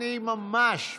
אני ממש ממש,